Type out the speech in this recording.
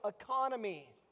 economy